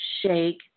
shake